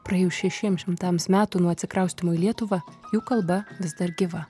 praėjus šešiems šimtams metų nuo atsikraustymo į lietuvą jų kalba vis dar gyva